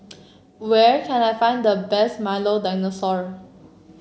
where can I find the best Milo Dinosaur